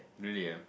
really ah